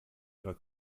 ihrer